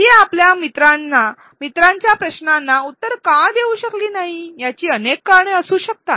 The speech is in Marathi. ती आपल्या मित्रांच्या प्रश्नांना उत्तर का देऊ शकली नाही याची अनेक कारणे असू शकतात